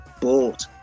bought